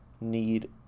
need